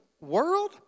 world